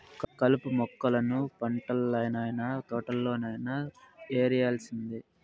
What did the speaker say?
కలుపు మొక్కలను పంటల్లనైన, తోటల్లోనైన యేరేయాల్సిందే